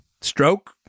Stroke